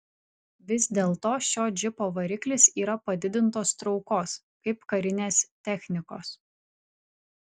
vis dėlto šio džipo variklis yra padidintos traukos kaip karinės technikos